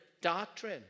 doctrine